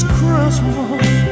Christmas